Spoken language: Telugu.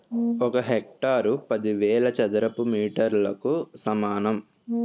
ఒక హెక్టారు పదివేల చదరపు మీటర్లకు సమానం